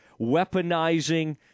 weaponizing